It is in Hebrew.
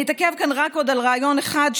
אני אתעכב כאן רק עוד על רעיון אחד,